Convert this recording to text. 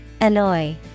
annoy